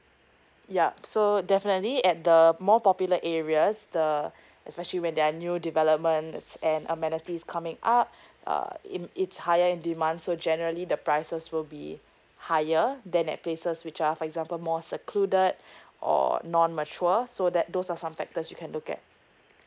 yup so definitely at the more popular areas the especially when there are new development and amenities coming up uh it it's higher in demand so generally the prices will be higher than that places which are for example more seclude or non mature so that those or some factors you can look at